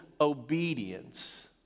obedience